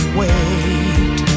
wait